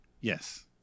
yes